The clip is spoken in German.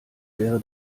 wäre